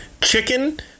chicken